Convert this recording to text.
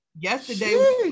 Yesterday